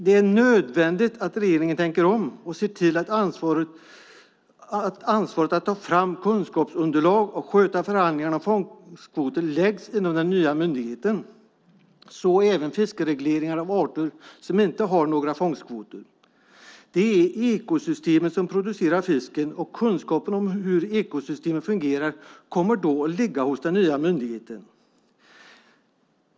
Det är nödvändigt att regeringen tänker om och ser till att ansvaret att ta fram kunskapsunderlag och sköta förhandlingar om fångstkvoter läggs inom den nya myndigheten, så även fiskeregleringar av arter som inte har några fångstkvoter. Det är ekosystemen som producerar fisken, och kunskapen om hur ekosystem fungerar kommer då att ligga hos den nya myndigheten.